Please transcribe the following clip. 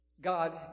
God